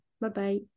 Bye-bye